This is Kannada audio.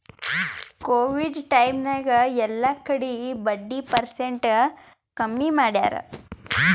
ಕೋವಿಡ್ ಟೈಮ್ ನಾಗ್ ಎಲ್ಲಾ ಕಡಿ ಬಡ್ಡಿ ಪರ್ಸೆಂಟ್ ಕಮ್ಮಿ ಮಾಡ್ಯಾರ್